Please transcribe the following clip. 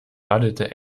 radelte